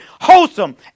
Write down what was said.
wholesome